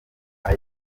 kuko